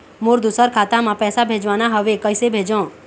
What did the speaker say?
मोर दुसर खाता मा पैसा भेजवाना हवे, कइसे भेजों?